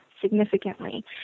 significantly